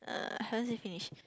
uh haven't say finish